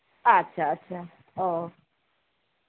ᱟᱪᱪᱷᱟ ᱟᱪᱪᱷᱟ ᱚ